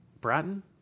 Bratton